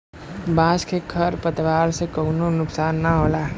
बांस के खर पतवार से कउनो नुकसान ना होला